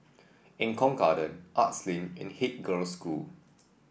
Eng Kong Garden Arts Link and Haig Girls' School